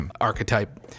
archetype